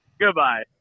Goodbye